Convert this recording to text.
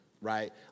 right